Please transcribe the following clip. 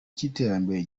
cy’iterambere